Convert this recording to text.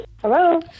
Hello